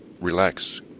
relax